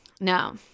no